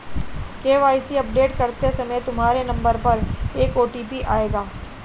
KYC update करते समय तुम्हारे नंबर पर एक ओ.टी.पी आएगा